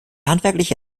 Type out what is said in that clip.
handwerkliche